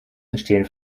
entstehen